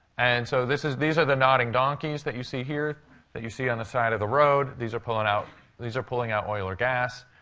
and so this is these are the nodding donkeys that you see here that you see on the side of the road. these are pulling out these are pulling out oil or gas.